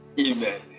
Amen